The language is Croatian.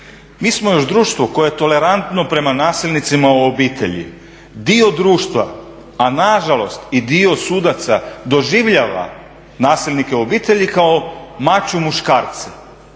Mi smo još društvo koje je tolerantno prema nasilnicima u obitelji. Dio društva, a nažalost i dio sudaca doživljava nasilnike u obitelji kao macho muškarce